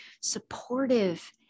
supportive